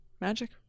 magic